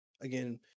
Again